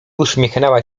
uśmiechnęła